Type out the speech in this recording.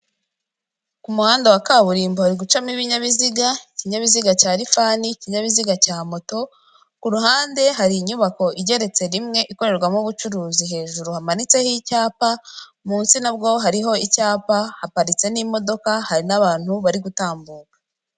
Ku muhanda wa kaburimbo hari gucamo ibinyabiziga, ikinyabiziga cya rifani, ikinyabiziga cya moto, ku ruhande hari inyubako igeretse rimwe ikorerwamo ubucuruzi hejuru hamanitseho icyapa, munsi nabwo hariho icyapa, haparitse n'imodoka hari n'abantu bari gutambuka.